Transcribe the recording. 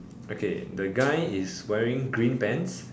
okay the guy is wearing green pants